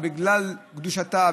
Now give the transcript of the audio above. בגלל קדושתה,